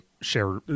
share